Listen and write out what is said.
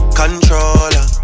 controller